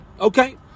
Okay